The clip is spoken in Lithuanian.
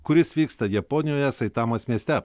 kuris vyksta japonijoje saitamos mieste